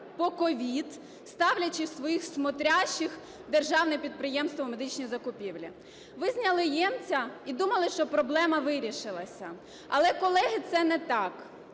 по COVID, ставлячи своїх "смотрящих" в державне підприємство "Медичні закупівлі". Ви зняли Ємця і думали, що проблема вирішилася. Але, колеги, це не так.